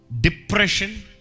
depression